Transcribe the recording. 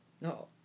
No